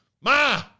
ma